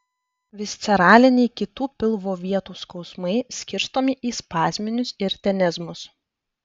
visceraliniai kitų pilvo vietų skausmai skirstomi į spazminius ir tenezmus